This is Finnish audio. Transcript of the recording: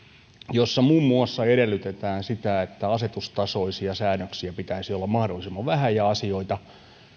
jossa muun muassa edellytetään sitä että asetustasoisia säännöksiä pitäisi olla mahdollisimman vähän ja